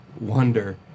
wonder